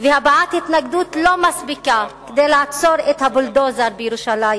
והבעת התנגדות לא מספיקות כדי לעצור את הבולדוזר בירושלים,